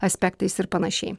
aspektais ir panašiai